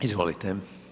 Izvolite.